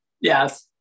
Yes